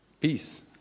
peace